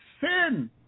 sin